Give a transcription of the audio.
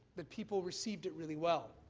that people received it really well.